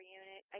unit